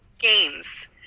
Games